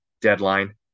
deadline